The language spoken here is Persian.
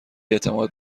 اعتماد